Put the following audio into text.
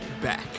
back